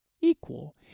equal